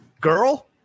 Girl